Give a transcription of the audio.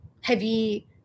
heavy